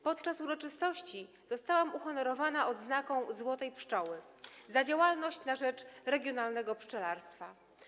Podczas uroczystości zostałam uhonorowana odznaką „Złotej Pszczoły” za działalność na rzecz regionalnego pszczelarstwa.